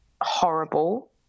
horrible